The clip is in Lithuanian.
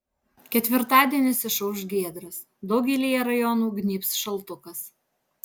ketvirtadienis išauš giedras daugelyje rajonų gnybs šaltukas